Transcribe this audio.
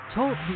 Talk